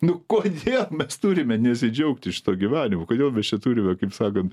nu kodėl mes turime nesidžiaugti šituo gyvenimu kodėl mes čia turime kaip sakant